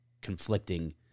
conflicting